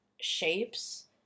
shapes